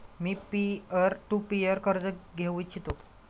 me peer to peer कर्ज घेऊ इच्छितो